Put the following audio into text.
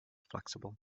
flexible